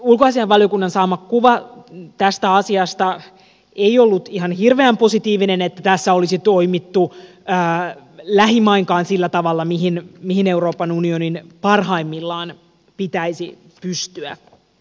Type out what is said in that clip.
ulkoasiainvaliokunnan saama kuva tästä asiasta ei ollut ihan hirveän positiivinen että tässä olisi toimittu lähimainkaan sillä tavalla mihin euroopan unionin parhaimmillaan pitäisi pystyä